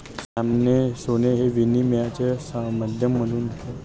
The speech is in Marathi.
श्यामाने सोने हे विनिमयाचे माध्यम म्हणून दिले